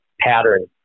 pattern